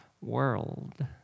world